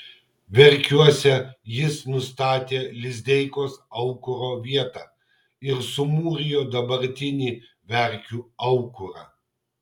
verkiuose jis nustatė lizdeikos aukuro vietą ir sumūrijo dabartinį verkių aukurą